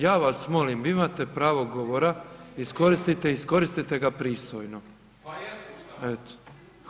Ja vas molim, vi imate pravo govora, iskoristite, iskoristite ga pristojno, eto.